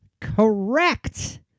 correct